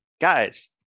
guys